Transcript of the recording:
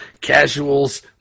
Casuals